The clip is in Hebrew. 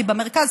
כי במרכז,